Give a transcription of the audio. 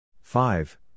Five